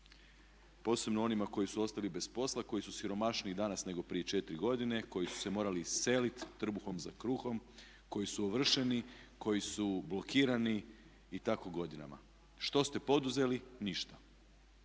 posebno onima koji su ostali bez posla, koji su siromašniji danas nego prije četiri godine, koji su se morali iseliti trbuhom za kruhom, koji su ovršeni, koji su blokirani i tako godinama. Što ste poduzeli? Ništa.